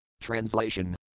Translation